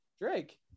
Drake